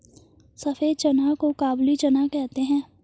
सफेद चना को काबुली चना कहते हैं